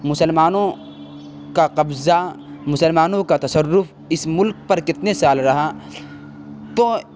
مسلمانوں کا قبضہ مسلمانوں کا تصرف اس ملک پر کتنے سال رہا تو